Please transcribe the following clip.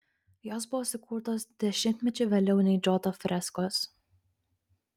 jos buvo sukurtos dešimtmečiu vėliau nei džoto freskos